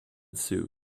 zoo